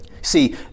See